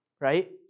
Right